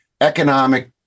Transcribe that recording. economic